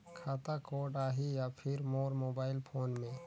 खाता कोड आही या फिर मोर मोबाइल फोन मे?